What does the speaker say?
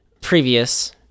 previous